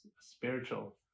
spiritual